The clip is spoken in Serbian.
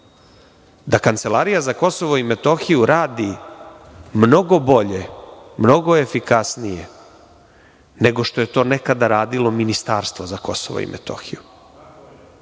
da Kancelarija za Kosovo i Metohiju radi mnogo bolje, mnogo efikasnije, nego što je to nekada radilo Ministarstvo za Kosovo i Metohiju.